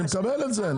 אני מקבל את זה,